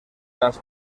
grans